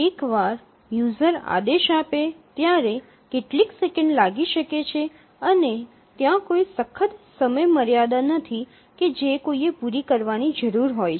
એકવાર યુઝર આદેશ આપે ત્યારે કેટલીક સેકંડ લાગી શકે છે અને ત્યાં કોઈ સખત સમયમર્યાદા નથી કે જે કોઈએ પૂરી કરવાની જરૂર હોય